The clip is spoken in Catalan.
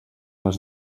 les